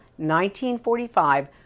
1945